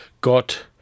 got